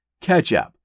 Ketchup